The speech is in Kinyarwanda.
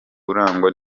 urangwa